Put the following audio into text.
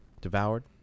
devoured